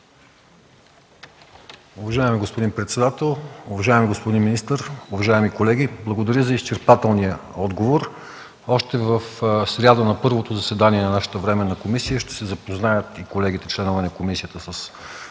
Уважаеми господин председател, уважаеми господин министър, уважаеми колеги! Благодаря за изчерпателния отговор. Още в сряда на първото заседание на нашата временна комисия, и членовете на комисията ще